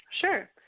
Sure